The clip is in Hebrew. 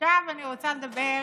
עכשיו אני רוצה לדבר